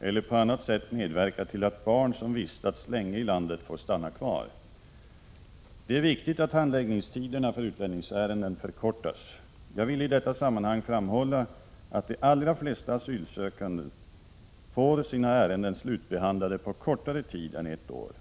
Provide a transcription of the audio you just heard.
eller på annat sätt medverka till att barn som vistats länge i landet får stanna kvar. Det är viktigt att handläggningstiderna för utlänningsärenden förkortas. Jag vill i detta sammanhang framhålla att de allra flesta asylsökande får sina ärenden slutbehandlade på kortare tid än ett år.